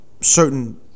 certain